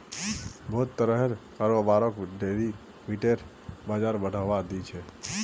बहुत तरहर कारोबारक डेरिवेटिव बाजार बढ़ावा दी छेक